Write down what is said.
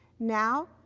now,